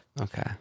Okay